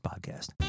Podcast